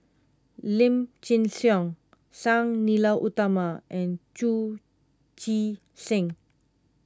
Lim Chin Siong Sang Nila Utama and Chu Chee Seng